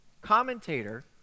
commentator